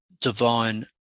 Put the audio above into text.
divine